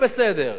איפה הבעיה?